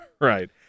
right